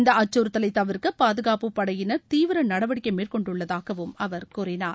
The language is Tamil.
இந்த அச்சுறுத்தலை தவிர்க்க பாதுகாப்புப் படையினர் தீவிர நடவடிக்கை மேற்கொண்டுள்ளதாகவும் அவர் கூறினார்